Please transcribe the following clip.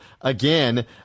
again